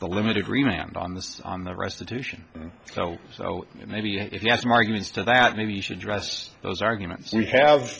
the limit agreement on the on the restitution so maybe if you have some arguments to that maybe you should dress those arguments we have